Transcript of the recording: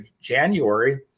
January